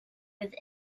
with